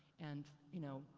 and, you know,